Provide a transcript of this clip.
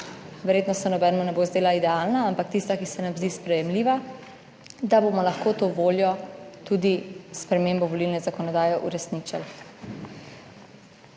Verjetno se nobenemu ne bo zdela idealna, ampak tista, ki se nam zdi sprejemljiva, da bomo lahko to voljo tudi s spremembo volilne zakonodaje uresničili.